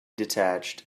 detached